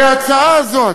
וההצעה הזאת,